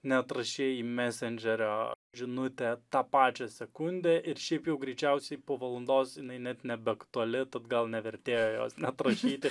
neatrašei į mesendžerio žinutę tą pačią sekundę ir šiaip jau greičiausiai po valandos jinai net nebeaktuali tat gal nevertėjo jos net rašyti